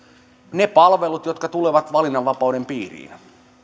ne palvelut jotka tulevat valinnanvapauden piiriin